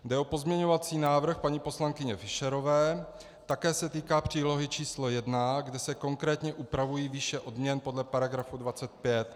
Jde o pozměňovací návrh paní poslankyně Fischerové, také se týká přílohy číslo 1, kde se konkrétně upravují výše odměn podle § 25.